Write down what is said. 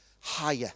higher